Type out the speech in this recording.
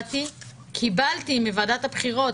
קיבלתי מוועדת הבחירות